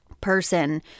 person